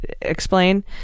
explain